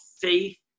faith